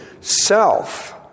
self